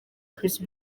chris